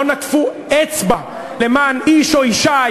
לא נקפו אצבע למען איש או אישה,